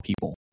people